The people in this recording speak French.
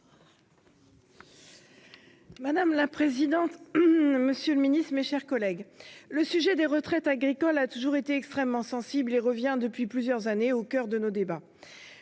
Madame la présidente, monsieur le ministre, mes chers collègues, le sujet des retraites agricoles a toujours été extrêmement sensible et revient, depuis plusieurs années, au coeur de nos débats.